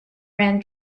ran